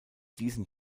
diesen